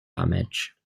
damage